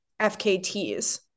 FKTs